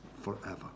forever